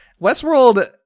westworld